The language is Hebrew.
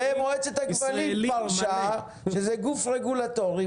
מועצת הכבלים פרשה, שזה גוף רגולטורי.